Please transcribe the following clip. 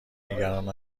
نگران